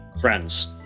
friends